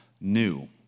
new